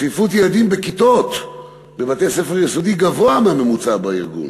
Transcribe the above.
צפיפות ילדים בכיתות בבתי-ספר יסודיים גבוהה מהממוצע בארגון.